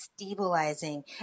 stabilizing